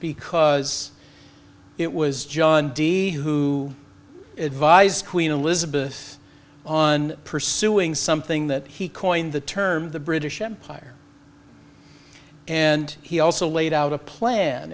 because it was john d who advised queen elizabeth on pursuing something that he coined the term the british empire and he also laid out a plan